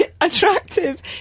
attractive